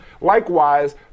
Likewise